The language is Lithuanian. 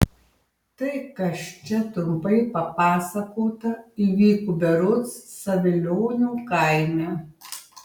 tai kas čia trumpai papasakota įvyko berods savilionių kaime